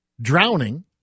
Drowning